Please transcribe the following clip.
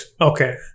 okay